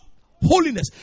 Holiness